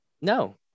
No